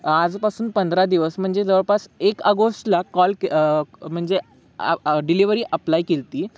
आजपासून पंधरा दिवस म्हणजे जवळपास एक आगोस्टला कॉल के म्हणजे आ डिलेवरी अप्लाय केलती